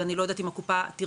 אבל אני לא יודעת אם הקופה תרצה